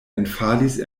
enfalis